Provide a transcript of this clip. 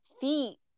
feet